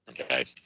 Okay